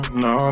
no